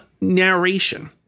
narration